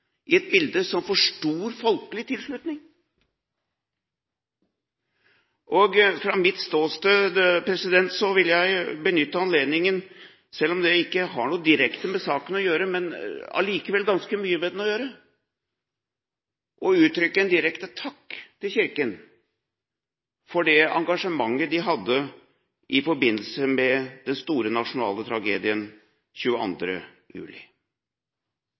i et bilde som får stor folkelig tilslutning. Og fra mitt ståsted vil jeg benytte anledningen til – selv om det ikke har noe direkte med saken å gjøre, men allikevel har ganske mye med den å gjøre – å uttrykke en direkte takk til Kirken for det engasjementet de hadde i forbindelse med den store nasjonale tragedien 22. juli.